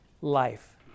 life